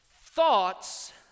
thoughts